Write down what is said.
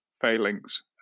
failings